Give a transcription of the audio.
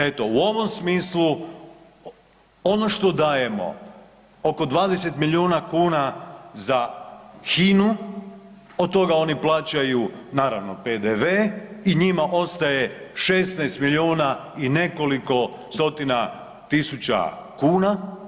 Eto u ovom smislu ono što dajemo oko 20 milijuna kuna za HINA-u, od toga oni plaćaju naravno PDV i njima ostaje 16 milijuna i nekoliko stotina tisuća kuna.